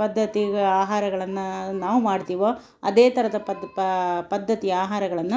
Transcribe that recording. ಪದ್ಧತಿ ಆಹಾರಗಳನ್ನು ನಾವು ಮಾಡ್ತೀವೊ ಅದೇ ಥರದ ಪದ್ ಪದ್ಧತಿ ಆಹಾರಗಳನ್ನು